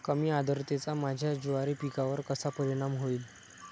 कमी आर्द्रतेचा माझ्या ज्वारी पिकावर कसा परिणाम होईल?